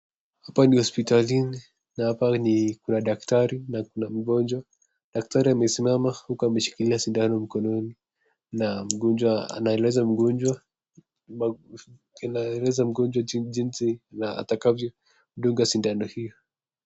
Hapa ni hospitalini na hapa ni kuna daktari na mgonjwa, daktari amesimama huku ameshkilia sindano mkononi na mgonjwa, anaeleza mgonjwa jinsi atakavyo dunga sindano hiyo.